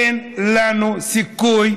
אין לנו סיכוי